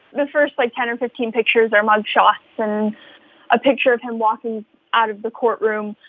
the first, like, ten or fifteen pictures are mug shots and a picture of him walking out of the courtroom.